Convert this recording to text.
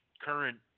current